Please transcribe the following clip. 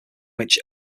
which